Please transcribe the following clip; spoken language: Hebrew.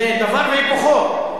זה דבר והיפוכו.